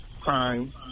crime